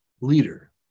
leader